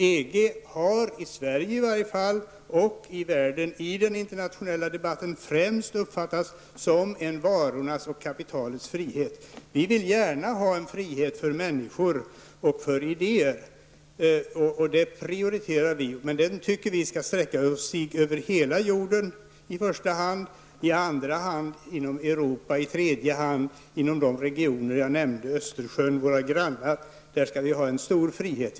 EG har, i varje fall i Sverige och även i den internationella debatten, främst uppfattats som en varornas och kapitalets frihet. Vi vill gärna ha frihet för människor och för idéer -- det prioriterar vi -- men den tycker vi skall sträcka sig i första hand över hela jorden, i andra hand över Europa och i tredje hand över de regioner jag nämnde: grannländerna runt Östersjön. Där skall vi ha stor frihet.